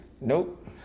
Nope